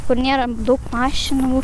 kur nėra daug mašinų